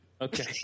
Okay